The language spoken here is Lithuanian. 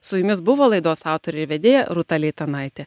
su jumis buvo laidos autorė ir vedėja rūta leitanaitė